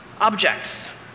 objects